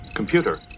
Computer